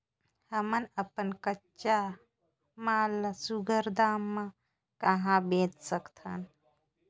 हमन अपन कच्चा माल ल सुघ्घर दाम म कहा बेच सकथन?